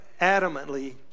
adamantly